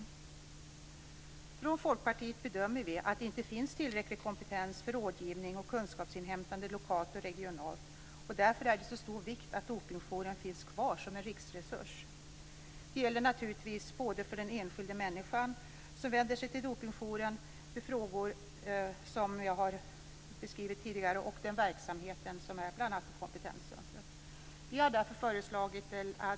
Vi från folkpartiet bedömer att det inte finns tillräcklig kompetens för rådgivning och kunskapsinhämtande lokalt och regionalt. Därför är det av stor vikt att Dopingjouren finns kvar som en riksresurs. Detta gäller naturligtvis såväl för den enskilde som vänder sig till Dopingjouren med frågor som för den verksamhet som jag tidigare har beskrivit.